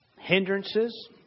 hindrances